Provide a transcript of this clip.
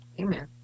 Amen